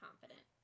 Confident